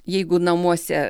jeigu namuose